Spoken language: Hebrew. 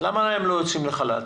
למה הם לא יוצאים לחל"ת?